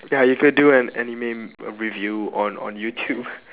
ya you could do an anime r~ review on on YouTube